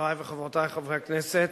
חברי וחברותי חברי הכנסת,